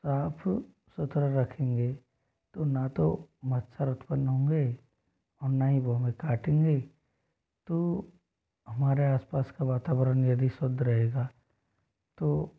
साफ सुथरा रखेंगे तो न तो मच्छर उत्पन्न होंगे और न ही वह हमें काटेंगे तो हमारे आसपास का वातावरण यदि शुद्ध रहेगा तो